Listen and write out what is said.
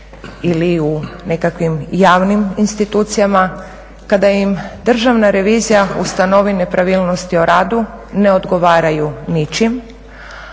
ili u nekakvim javnim institucijama kada im Državna revizija ustanovi nepravilnosti o radu ne odgovaraju ničim